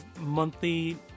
monthly